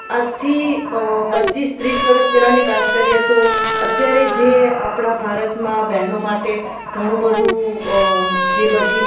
આજથી પચીસ ત્રીસ વરસ પહેલાની વાત કરીએ તો અત્યારે જે આપણાં ભારતમાં બેહનો માટે ઘણું બધુ જે બધી